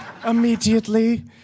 immediately